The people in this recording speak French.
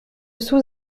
sous